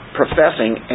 professing